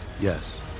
Yes